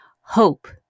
hope